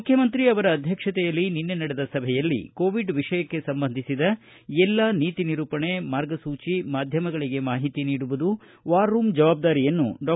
ಮುಖ್ಯಮಂತ್ರಿ ಅವರ ಅಧ್ಯಕ್ಷತೆಯಲ್ಲಿ ನಿನ್ನೆ ನಡೆದ ಸಭೆಯಲ್ಲಿ ಕೋವಿಡ್ ವಿಷಯಕ್ಕೆ ಸಂಬಂಧಿಸಿದ ಎಲ್ಲಾ ನೀತಿ ನಿರೂಪಣೆ ಮಾರ್ಗಸೂಚಿ ಮಾಧ್ಯಮಗಳಿಗೆ ಮಾಹಿತಿ ನೀಡುವುದು ವಾರ್ ರೂಮ್ ಜವಾಬ್ದಾರಿಯನ್ನು ಡಾ